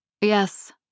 Yes